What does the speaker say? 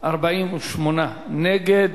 ניצחון נגד